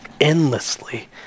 endlessly